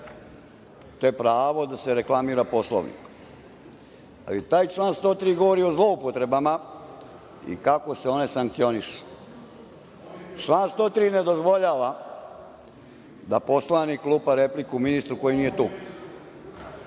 to je pravo da se reklamira Poslovnik. Taj član 103. govori o zloupotrebama i kako se one sankcionišu. Član 103. ne dozvoljava da poslanik lupa repliku ministru koji nije